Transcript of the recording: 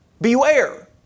beware